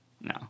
No